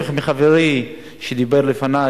ההיפך מדברי חברי שדיבר לפני,